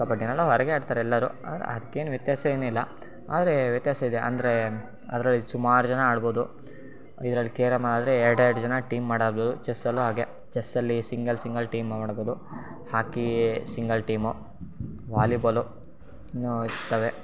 ಕಬಡ್ಡಿನ್ನೆಲ್ಲ ಹೊರಗೇ ಆಡ್ತಾರೆ ಎಲ್ಲರೂ ಅದ್ಕೇನು ವ್ಯತ್ಯಾಸ ಏನಿಲ್ಲ ಆದರೆ ವ್ಯತ್ಯಾಸ ಇದೆ ಅಂದರೆ ಅದ್ರಲ್ಲಿ ಸುಮಾರು ಜನ ಆಡ್ಬೋದು ಇದ್ರಲ್ಲಿ ಕೇರಮ್ಮಾದರೆ ಎರಡೆರಡು ಜನ ಟೀಮ್ ಮಾಡಿ ಆಡ್ಬೋದು ಚೆಸ್ಸಲ್ಲೂ ಹಾಗೇ ಚೆಸ್ಸಲ್ಲಿ ಸಿಂಗಲ್ ಸಿಂಗಲ್ ಟೀಮ್ನ ಮಾಡ್ಬೋದು ಹಾಕಿ ಸಿಂಗಲ್ ಟೀಮು ವಾಲಿಬಾಲು ಇನ್ನೂ ಇರ್ತವೆ